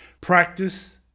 practice